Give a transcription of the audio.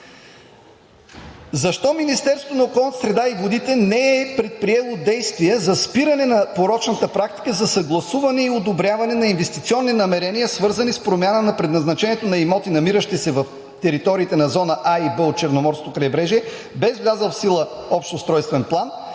Защо Министерството на околната среда и водите не е предприело действия за спиране на порочната практика за съгласуване и одобряване на инвестиционни намерения, свързани с промяна на предназначението на имоти, намиращи се в териториите на зона „А“ и „Б“ от Черноморското крайбрежие без влязъл в сила общ устройствен план,